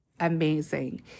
amazing